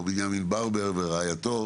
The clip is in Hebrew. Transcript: מר בנימין ברבר ורעייתו,